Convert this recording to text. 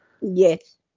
Yes